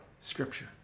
scripture